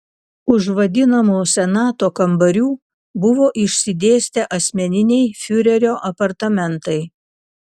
už vadinamų senato kambarių buvo išsidėstę asmeniniai fiurerio apartamentai